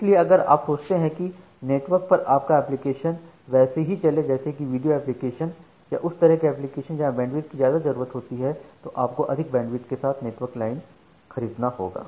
इसीलिए अगर आप सोचते हैं कि नेटवर्क पर आपका एप्लीकेशन वैसे ही चले जैसे की वीडियो एप्लीकेशनया उस तरह के एप्लीकेशनजहां बैंडविड्थ की ज्यादा जरूरत होती है तो फिर आपको अधिक बैंडविड्थ के साथ नेटवर्क लाइनों को खरीदना होगा